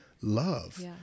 love